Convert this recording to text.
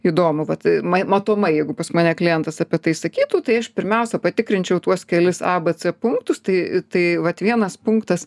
įdomu vat mai matomai jeigu pas mane klientas apie tai sakytų tai aš pirmiausia patikrinčiau tuos kelis a b c punktus tai tai vat vienas punktas